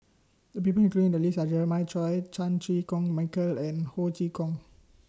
The People included in The list Are Jeremiah Choy Chan Chew Koon Michael and Ho Chee Kong